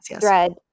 thread